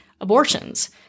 abortions